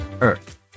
earth